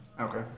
Okay